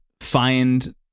find